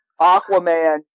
Aquaman